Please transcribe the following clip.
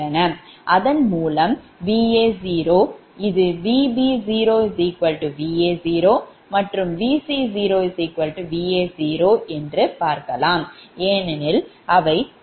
அதன் மூலம் Va0இது Vb0 Va0 மற்றும் Vc0 Va0 ஏனெனில் அவை சம அளவு கொண்டவை